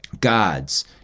Gods